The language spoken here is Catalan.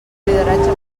lideratge